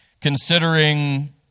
considering